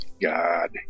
God